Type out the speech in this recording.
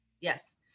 Yes